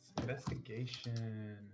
Investigation